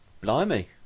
Blimey